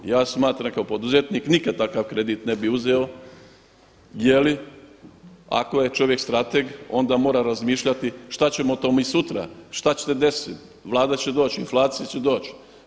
Ja smatram kao poduzetnik, nikada takav kredit ne bih uzeo, je li ako je čovjek strateg onda mora razmišljati šta ćemo to mi sutra, šta će se desiti, Vlada će doći, inflacija će doći.